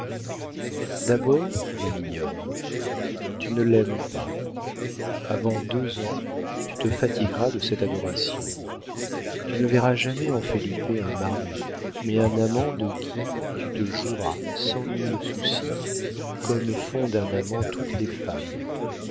d'abord ma mignonne tu ne l'aimes pas avant deux ans tu te fatigueras de cette adoration tu ne verras jamais en felipe un mari mais un amant de qui tu te joueras sans nul souci comme font d'un amant toutes les femmes